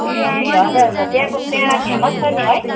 ए हजुर हजुर त्यहाँको पेँडा फेमस छ नि है